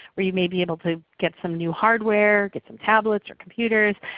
where you may be able to get some new hardware, get some tablets or computers,